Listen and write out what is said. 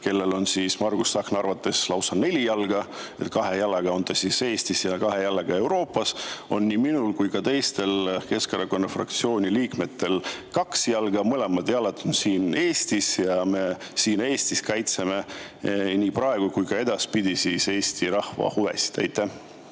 kellel on Margus Tsahkna arvates lausa neli jalga – kahe jalaga on ta Eestis ja kahega Euroopas –, on nii minul kui ka teistel Keskerakonna fraktsiooni liikmetel kaks jalga. Mõlemad jalad on siin Eestis ja me siin Eestis kaitseme nii praegu kui ka edaspidi Eesti rahva huve. Aitäh!